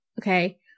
okay